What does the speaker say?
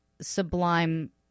Sublime